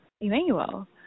Emmanuel